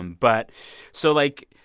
and but so like,